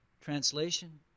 Translation